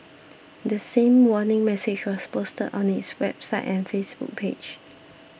the same warning message was posted on its website and Facebook page